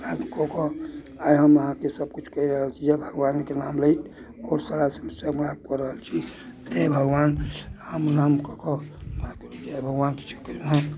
बात कऽ कऽ आइ हम अहाँके सभकिछु कहि रहल छी जे भगवानके नाम लैत आओर सारा कऽ रहल छी हे भगवान राम नाम कऽ कऽ जय भगवान